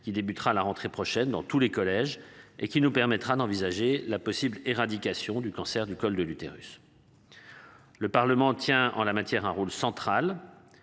qui débutera à la rentrée prochaine dans tous les collèges et qui nous permettra d'envisager la possible éradication du cancer du col de l'utérus. Le Parlement tient en la matière un rôle central.